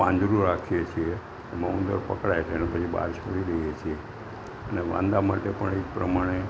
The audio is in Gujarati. પાંજરું રાખીએ છીએ એમાં ઉંદર પકડાય છે અને પછી બહાર છોડી દઈએ છીએ અને વાંદા માટે પણ એ જ પ્રમાણે